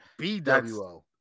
BWO